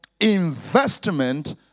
investment